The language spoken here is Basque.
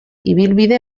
ibilbide